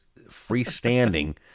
freestanding